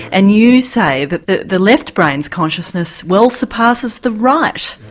and you say that the the left brain's consciousness well surpasses the right.